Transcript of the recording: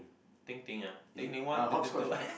Ting-Ting ah Ting-Ting one Ting-Ting two